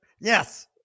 Yes